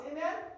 Amen